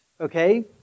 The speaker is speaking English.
okay